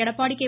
Edappadi K